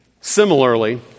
Similarly